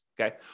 okay